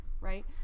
right